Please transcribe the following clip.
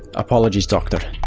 apologies doctor,